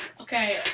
Okay